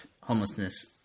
homelessness